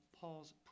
Paul's